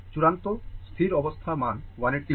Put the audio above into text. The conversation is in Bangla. চূড়ান্ত স্থির অবস্থা মান 180 volt